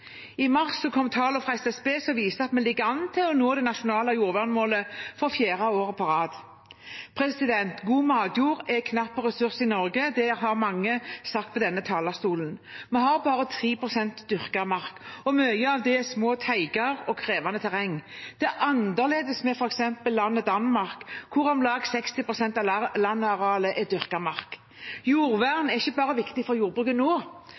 I mars kom tall fra SSB som viser at vi ligger an til å nå det nasjonale jordvernmålet for fjerde året på rad. God matjord er en knapp ressurs i Norge. Det har mange sagt på denne talerstolen. Vi har bare 3 pst. dyrket mark, og mye av det er små teiger og krevende terreng. Det er annerledes med f.eks. landet Danmark, hvor om lag 60 pst. av landarealet er dyrket mark. Jordvern er ikke bare viktig for jordbruket nå,